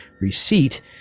receipt